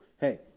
hey